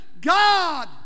God